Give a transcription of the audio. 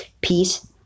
Peace